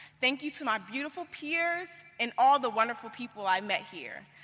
thank you to my beautiful peers and all the wonderful people i met here.